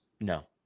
No